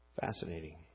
Fascinating